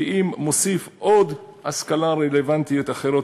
כי אם מוסיף עוד השכלה רלוונטית אחרת,